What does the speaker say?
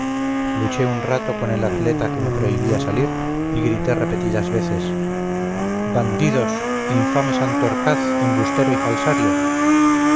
luché un rato con el atleta que me prohibía salir y grité repetidas veces bandidos infame santorcaz embustero y falsario